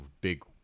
big